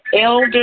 elder